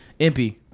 Impy